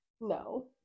No